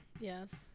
Yes